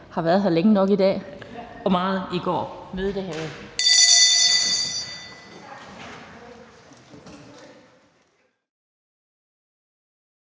har været her længe nok i dag og også meget i går. Mødet er hævet.